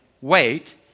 wait